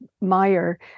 Meyer